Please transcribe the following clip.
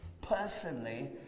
personally